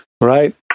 Right